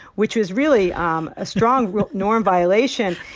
which is really um a strong norm violation.